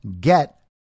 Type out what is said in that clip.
get